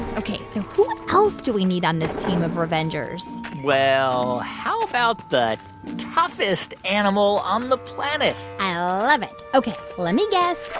ok, so who else do we need on this team of revengers? well, how about the toughest animal on the planet i love it. ok. let me guess.